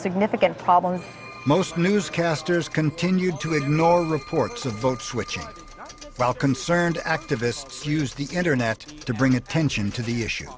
significant problems most newscasters continued to ignore reports of votes which while concerned activists use the internet to bring attention to the issue